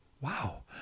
wow